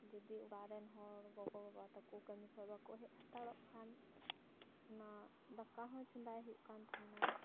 ᱡᱩᱫᱤ ᱚᱲᱟᱜ ᱨᱮᱱ ᱦᱚᱲ ᱜᱚ ᱵᱟᱵᱟ ᱛᱟᱠᱚ ᱠᱟᱹᱢᱤ ᱠᱷᱚᱡ ᱵᱟᱠᱚ ᱦᱮᱡ ᱦᱟᱛᱟᱲᱚᱜ ᱠᱷᱟᱱ ᱚᱱᱟ ᱫᱟᱠᱟ ᱦᱚᱸ ᱪᱚᱫᱟᱭ ᱦᱩᱭᱩᱜ ᱠᱟᱱ ᱛᱟᱦᱮᱱᱟ